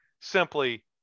simply